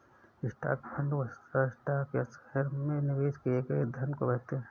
stock fund वस्तुतः stock या शहर में निवेश किए गए धन को कहते हैं